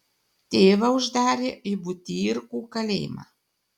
tėvą uždarė į butyrkų kalėjimą